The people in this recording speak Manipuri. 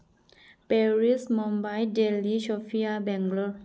Paris Mumbai Delhi Sofia Bangalore